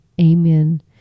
Amen